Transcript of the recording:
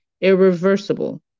irreversible